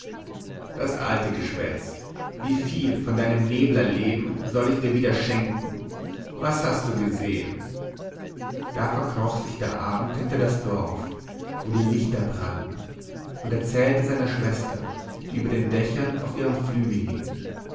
das alte geschwätz wieviel von deinem neblerleben soll ich dir wieder schenken was hast du gesehen da verkroch sich der abend hinter das dorf wo die lichter brannten und erzählte seiner schwester die über den dächern auf ihren flügeln hing